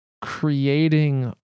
creating